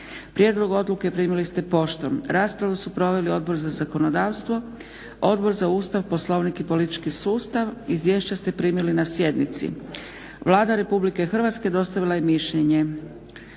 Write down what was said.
Prijedlog odluke primili ste poštom. Raspravu su proveli Odbor za zakonodavstvo, Odbor za Ustav, Poslovnik i politički sustav. Izvješća ste primili na sjednici. Vlada Republike Hrvatske dostavila je mišljenje.